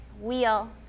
Wheel